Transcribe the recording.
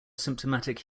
symptomatic